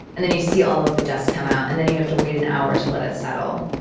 and then you see all of the dust come out, and then you have to wait an hour to let it settle.